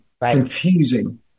confusing